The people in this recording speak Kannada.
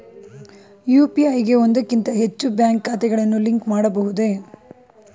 ಯು.ಪಿ.ಐ ಗೆ ಒಂದಕ್ಕಿಂತ ಹೆಚ್ಚು ಬ್ಯಾಂಕ್ ಖಾತೆಗಳನ್ನು ಲಿಂಕ್ ಮಾಡಬಹುದೇ?